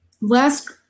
Last